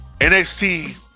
NXT